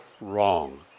wrong